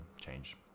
change